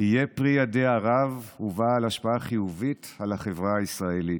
יהיה פרי ידיה רב ובעל השפעה חיובית על החברה הישראלית.